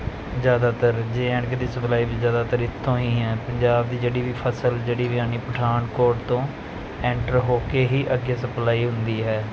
ਜ਼ਿਆਦਾਤਰ J and K ਦੀ supply ਵੀ ਜ਼ਿਆਦਾਤਰ ਇੱਥੋਂ ਹੀ ਹੈ ਪੰਜਾਬ ਦੀ ਜਿਹੜੀ ਵੀ ਫ਼ਸਲ ਜਿਹੜੀ ਵੀ ਆਉਣੀ ਪਠਾਨਕੋਟ ਤੋਂ ਐਂਟਰ ਹੋ ਕੇ ਹੀ ਅੱਗੇ ਸਪਲਾਈ ਹੁੰਦੀ ਹੈ